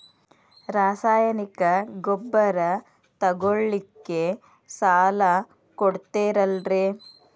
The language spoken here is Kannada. ರಾಸಾಯನಿಕ ಗೊಬ್ಬರ ತಗೊಳ್ಳಿಕ್ಕೆ ಸಾಲ ಕೊಡ್ತೇರಲ್ರೇ?